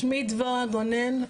שמי דבורה גונן,